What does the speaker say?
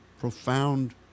profound